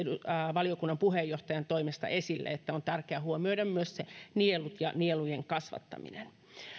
valiokunnan puheenjohtajan toimesta esille että on tärkeää huomioida myös nielut ja nielujen kasvattaminen